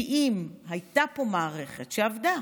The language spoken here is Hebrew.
כי אם הייתה פה מערכת שעבדה,